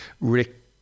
Rick